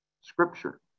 scripture